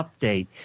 update